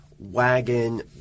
wagon